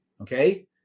Okay